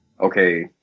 okay